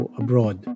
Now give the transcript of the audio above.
abroad